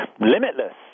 limitless